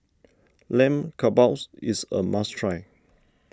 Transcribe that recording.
Lamb Kebabs is a must try